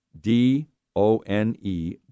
D-O-N-E